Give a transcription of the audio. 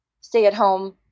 stay-at-home